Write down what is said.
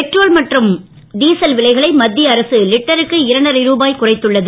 petrol மற்றும் diesel விலைகளை மத்திய அரசு விட்டருக்கு இரண்டரை ருபாய் குறைத்துள்ளது